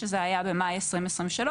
שזה היה במאי 2023,